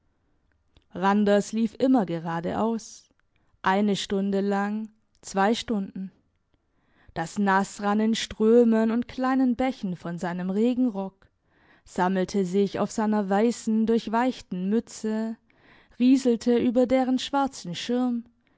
randers lief immer gerade aus eine stunde lang zwei stunden das nass rann in strömen und kleinen bächen von seinem regenrock sammelte sich auf seiner weissen durchweichten mütze rieselte über deren schwarzen schirm